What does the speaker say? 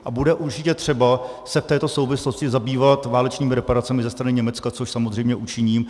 A bude určitě třeba se v této souvislosti zabývat válečnými reparacemi ze strany Německa, což samozřejmě učiním.